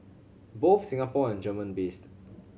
both Singapore and German based